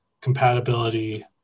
compatibility